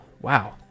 wow